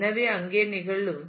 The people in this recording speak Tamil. எனவே அவை இங்கே நிகழும்